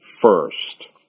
first